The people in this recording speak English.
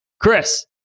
Chris